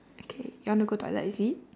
okay you want to go toilet is it